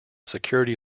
security